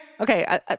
Okay